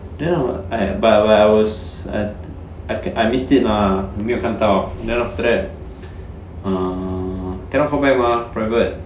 then I was !aiya! but but I was like I can I missed it mah 没有看到 then after that um cannot call back mah private